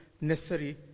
necessary